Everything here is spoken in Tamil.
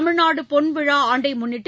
தமிழ்நாடு பொன்விழா ஆண்டை முன்னிட்டு